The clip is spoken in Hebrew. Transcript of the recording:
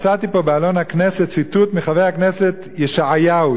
מצאתי פה בעלון הכנסת ציטוט מחבר הכנסת ישעיהו,